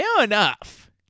enough